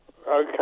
Okay